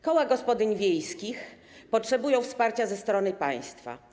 Koła gospodyń wiejskich potrzebują wsparcia ze strony państwa.